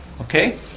Okay